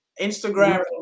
Instagram